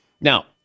Now